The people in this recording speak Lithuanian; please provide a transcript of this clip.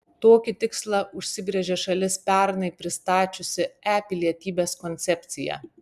tokį tikslą užsibrėžė šalis pernai pristačiusi e pilietybės koncepciją